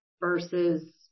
versus